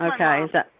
Okay